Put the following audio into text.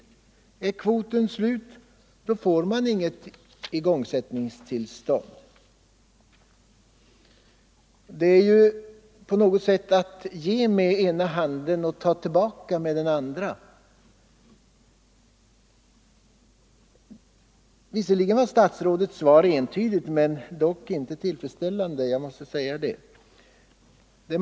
Är kvoten slut får man inget igångsättningstillstånd. Det är på något sätt att ge med ena handen och ta tillbaka med den andra. Visserligen var statsrådets svar entydigt, men det var inte tillfredsställande, det måste jag säga.